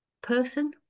person